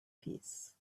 peace